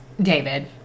David